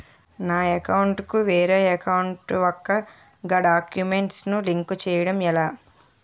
నా అకౌంట్ కు వేరే అకౌంట్ ఒక గడాక్యుమెంట్స్ ను లింక్ చేయడం ఎలా?